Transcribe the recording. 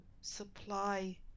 supply